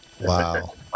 Wow